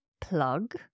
plug